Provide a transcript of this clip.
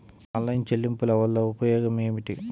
Online చెల్లింపుల వల్ల ఉపయోగమేమిటీ?